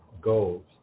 goals